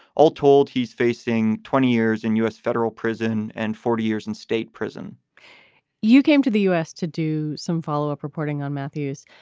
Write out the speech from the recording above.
all told, he's facing twenty years in u s. federal prison and forty years in state prison you came to the u s. to do some follow up reporting on matthews.